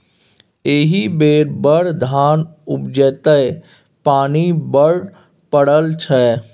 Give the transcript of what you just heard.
एहि बेर बड़ धान उपजतै पानि बड्ड पड़ल छै